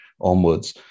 onwards